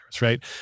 right